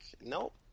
Nope